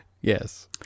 Yes